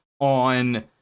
on